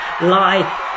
lie